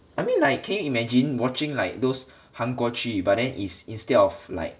I mean like can you imagine watching like those 韩国剧 but then is instead of like